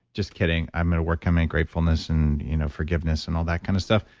just kidding. i'm going to work on my ungratefulness and you know forgiveness and all that kind of stuff.